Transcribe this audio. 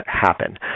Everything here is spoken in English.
happen